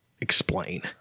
explain